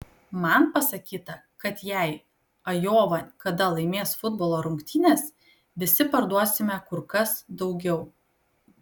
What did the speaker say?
man pasakyta kad jei ajova kada laimės futbolo rungtynes visi parduosime kur kas daugiau